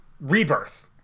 Rebirth